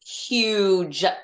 huge